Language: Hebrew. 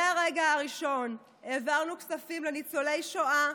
מהרגע הראשון העברנו כספים לניצולי שואה,